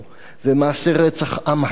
ומעשה רצח עם היה,